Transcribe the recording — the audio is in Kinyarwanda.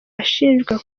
ashinjwa